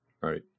Right